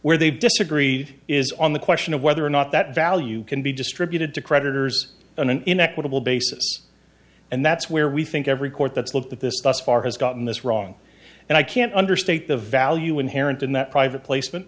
where they disagree is on the question of whether or not that value can be distributed to creditors on an inequitable basis and that's where we think every court that's looked at this thus far has gotten this wrong and i can't understate the value inherent in that private placement